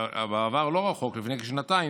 לפני כשנתיים,